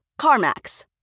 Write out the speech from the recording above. CarMax